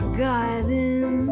garden